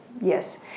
Yes